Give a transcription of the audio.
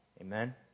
Amen